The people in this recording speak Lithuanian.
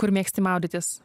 kur mėgsti maudytis